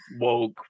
woke